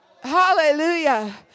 Hallelujah